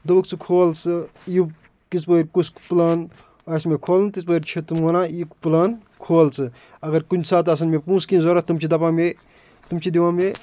دوٚپُکھ ژٕ کھول سہٕ یہِ کِژپٲرۍ کُس پٕلان آسہِ مےٚ کھولُن تِژٕپٲرۍ چھِ تِم ونان یہِ پٕلان کھول ژٕ اگر کُنہِ ساتہٕ آسَن مےٚ پونٛسہٕ کیٚنہہ ضوٚرتھ تِم چھِ دپان مے تِم چھِ دِوان مے